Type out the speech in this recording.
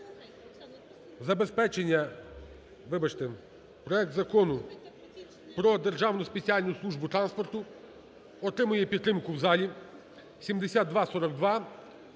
вибачте, проект Закону про Державну спеціальну службу транспорту отримує підтримку в залі (7242).